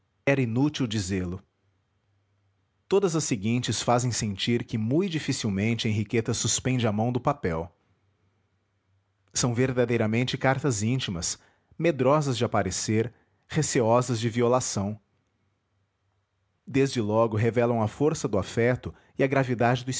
br inútil dizê-lo todas as seguintes fazem sentir que mui dificilmente henriqueta suspende a mão do papel são verdadeiramente cartas íntimas medrosas de aparecer receosas de violação desde logo revelam a força do afeto e a gravidade do